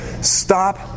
stop